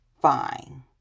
fine